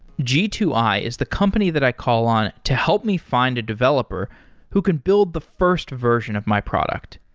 g two i is the company that i call on to help me find a developer who can build the first version of my product.